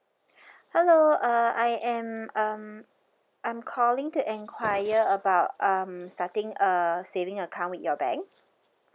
hello uh I am um I'm calling to enquire about um starting a saving account your bank